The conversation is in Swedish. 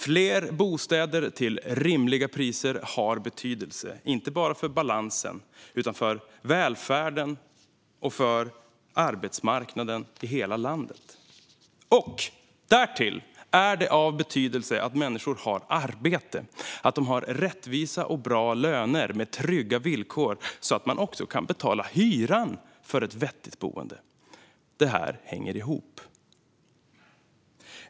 Fler bostäder till rimliga priser har betydelse, inte bara för balansen utan för välfärden och för arbetsmarknaden i hela landet. Därtill är det av betydelse att människor har arbete och att de har rättvisa och bra löner med trygga villkor så att de också kan betala hyran för ett vettigt boende. Det här hänger ihop.